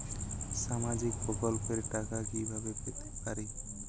সামাজিক প্রকল্পের টাকা কিভাবে পেতে পারি?